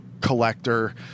collector